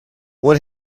what